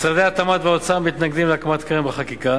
משרדי התמ"ת והאוצר מתנגדים להקמת הקרן בחקיקה.